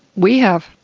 we have,